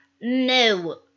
No